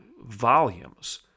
volumes